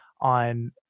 on